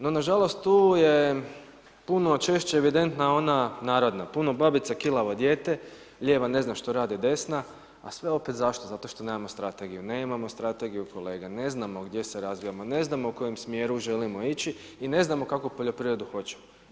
No, na žalost tu je puno češće evidentna ona narodna, puno babica, kilavo dijete, ljeva ne zna što radi desna, a sve opet zašto, zato što nemamo strategiju, nemamo strategiju kolega, ne znamo gdje se razvijamo, ne znamo u kojem smjeru želimo ići i ne znamo kakvu poljoprivredu hoćemo.